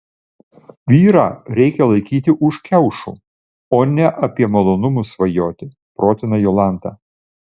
vyrą reikia laikyti už kiaušų o ne apie malonumus svajoti protina jolanta